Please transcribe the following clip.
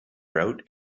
route